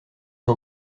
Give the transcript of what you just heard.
son